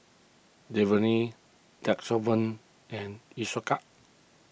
Dermaveen Redoxon and Isocal